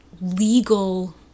legal